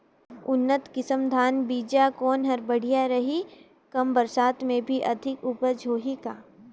उन्नत किसम धान बीजा कौन हर बढ़िया रही? कम बरसात मे भी अधिक उपज होही का?